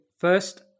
first